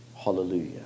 hallelujah